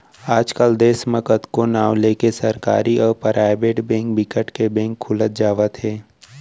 आज कल देस म कतको नांव लेके सरकारी अउ पराइबेट बेंक बिकट के बेंक खुलत जावत हे